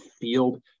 field